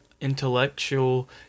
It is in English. intellectual